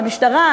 המשטרה,